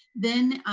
then,